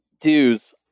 Dues